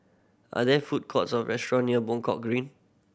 are there food courts or restaurant near Buangkok Green